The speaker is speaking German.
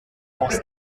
aus